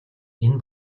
энэ